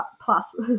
plus